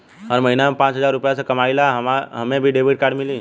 हम महीना में पाँच हजार रुपया ही कमाई ला हमे भी डेबिट कार्ड मिली?